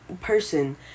person